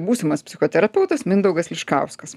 būsimas psichoterapeutas mindaugas liškauskas